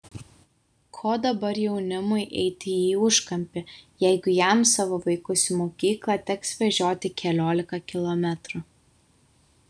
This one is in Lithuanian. ko dabar jaunimui eiti į užkampį jeigu jam savo vaikus į mokyklą teks vežioti keliolika kilometrų